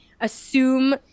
assume